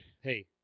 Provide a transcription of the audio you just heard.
Hey